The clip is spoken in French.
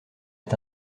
est